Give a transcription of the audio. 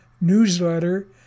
newsletter